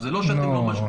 זה לא שאתם לא משפיעים.